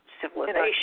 civilization